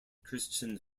christian